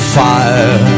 fire